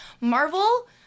Marvel